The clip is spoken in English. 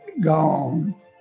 gone